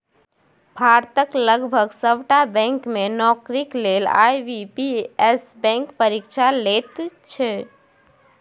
भारतक लगभग सभटा बैंक मे नौकरीक लेल आई.बी.पी.एस बैंक परीक्षा लैत छै